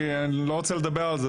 אני לא רוצה לדבר על זה,